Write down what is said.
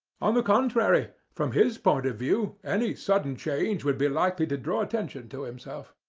on the contrary, from his point of view, any sudden change would be likely to draw attention to himself.